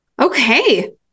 Okay